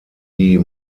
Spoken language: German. die